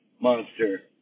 Monster